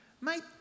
mate